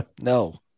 No